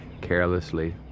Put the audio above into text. carelessly